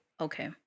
Okay